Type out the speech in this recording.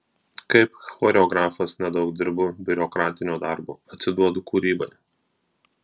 kaip choreografas nedaug dirbu biurokratinio darbo atsiduodu kūrybai